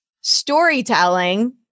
storytelling